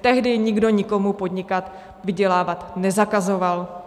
Tehdy nikdo nikomu podnikat, vydělávat nezakazoval.